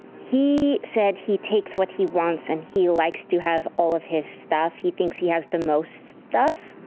he said he takes what he wants and he likes to have all of his stuff. he thinks he has the most stuff.